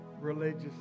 religious